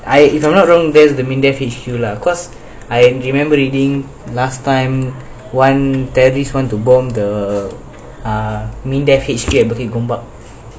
I if I'm not wrong there's the MINDEF H_Q lah cause I remember reading last time one terrorist want to bomb the uh MINDEF H_Q at bukit gombak